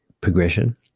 progression